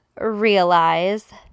realize